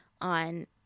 on